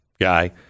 guy